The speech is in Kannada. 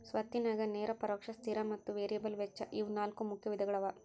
ಸ್ವತ್ತಿನ್ಯಾಗ ನೇರ ಪರೋಕ್ಷ ಸ್ಥಿರ ಮತ್ತ ವೇರಿಯಬಲ್ ವೆಚ್ಚ ಇವು ನಾಲ್ಕು ಮುಖ್ಯ ವಿಧಗಳವ